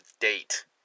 date